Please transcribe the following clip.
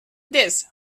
this